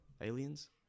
aliens